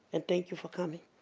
and thank you for coming.